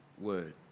word